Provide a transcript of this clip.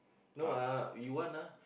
no ah you want ah